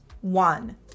One